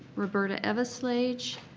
roberta evasladge,